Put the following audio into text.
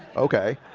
okay,